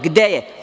Gde je?